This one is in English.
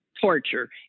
torture